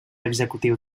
executiu